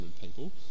people